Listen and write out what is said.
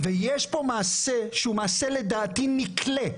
ויש פה מעשה שהוא מעשה לדעתי נקלה.